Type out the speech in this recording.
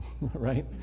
right